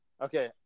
Okay